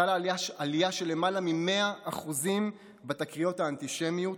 חלה עלייה של למעלה מ-100% בתקריות האנטישמיות,